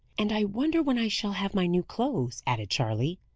and i wonder when i shall have my new clothes? added charley.